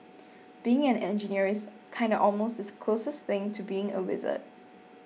being an engineer is kinda almost the closest thing to being a wizard